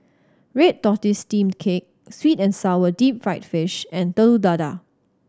red tortoise steamed cake sweet and sour deep fried fish and Telur Dadah